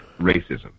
racism